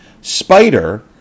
Spider